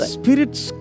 spirits